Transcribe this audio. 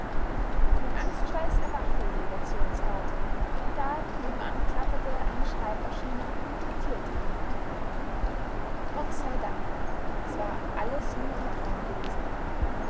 mit angstschweiß erwachte der legationsrat da nebenan klapperte eine schreibmaschine und diktierte jemand gott sei dank es war alles nur ein traum gewesen